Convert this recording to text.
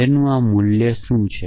તેનું આ મૂલ્ય શું છે